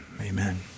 Amen